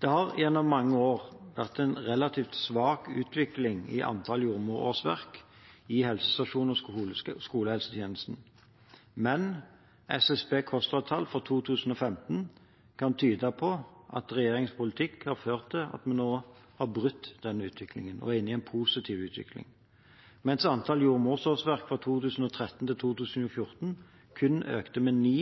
Det har gjennom mange år vært en relativt svak utvikling i antall jordmorårsverk i helsestasjons- og skolehelsetjenesten, men SSBs KOSTRA-tall for 2015 kan tyde på at regjeringens politikk har ført til at vi nå har brutt denne utviklingen og er inne i en positiv utvikling. Mens antall jordmorårsverk fra 2013 til 2014 kun økte med 9